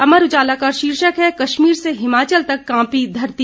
अमर उजाला का शीर्षक है कश्मीर से हिमाचल तक कांपी धरती